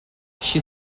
she